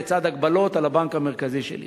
לצד הגבלות על הבנק המרכזי של אירן.